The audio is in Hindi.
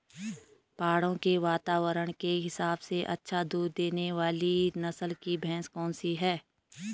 पहाड़ों के वातावरण के हिसाब से अच्छा दूध देने वाली नस्ल की भैंस कौन सी हैं?